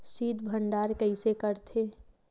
शीत भंडारण कइसे करथे?